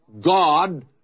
God